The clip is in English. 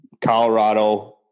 Colorado